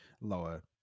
lower